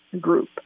group